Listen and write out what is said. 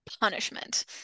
punishment